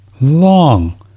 long